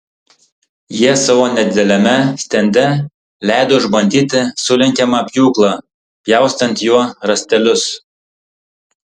jie savo nedideliame stende leido išbandyti sulenkiamą pjūklą pjaustant juo rąstelius